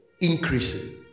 increasing